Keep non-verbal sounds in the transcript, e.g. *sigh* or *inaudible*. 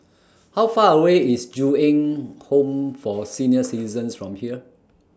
How Far away IS Ju Eng Home For Senior *noise* Citizens from here